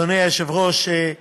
אדוני היושב-ראש, דוד,